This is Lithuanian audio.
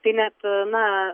tai net na